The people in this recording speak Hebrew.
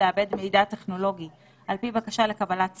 לעבד מידע טכנולוגי על פי בקשה לקבלת סיוע,